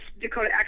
Dakota